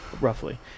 roughly